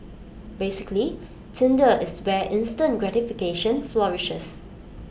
basically Tinder is where instant gratification flourishes